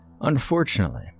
Unfortunately